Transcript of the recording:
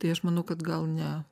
tai aš manau kad gal ne